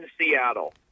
Seattle